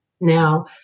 Now